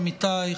עמיתיי,